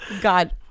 God